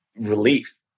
relief